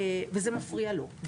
זה מפריע לו.